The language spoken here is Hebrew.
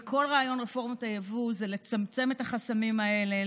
וכל רעיון רפורמת היבוא זה לצמצם את החסמים האלה,